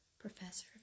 Professor